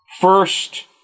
First